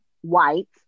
white